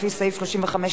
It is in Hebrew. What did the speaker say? לפי סעיף 35(א),